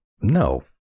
no